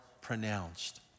pronounced